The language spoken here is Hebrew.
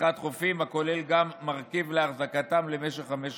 לפתיחת חופים הכולל גם מרכיב לאחזקתם למשך חמש שנים.